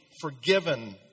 forgiven